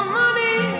money